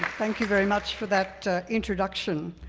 thank you very much for that introduction.